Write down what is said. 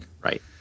Right